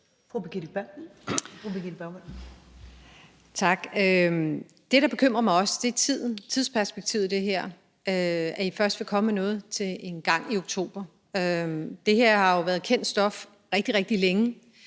Birgitte Bergman (KF): Tak. Det, der også bekymrer mig, er tidsperspektivet i det her – at I først vil komme med noget engang i oktober. Det her har jo været kendt stof rigtig, rigtig længe